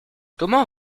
comment